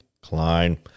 Klein